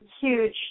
huge